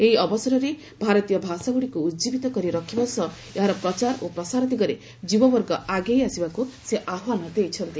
ଏହି ଅବସରରେ ଭାରତୀୟ ଭାଷାଗୁଡ଼ିକୁ ଉଜୀବିତ କରି ରଖିବା ସହ ଏହାର ପ୍ରଚାର ଓ ପ୍ରସାର ଦିଗରେ ଯୁବବର୍ଗ ଆଗେଇ ଆସିବାକୁ ସେ ଆହ୍ବାନ ଦେଇଛନ୍ତି